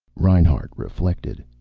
reinhart reflected.